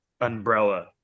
umbrella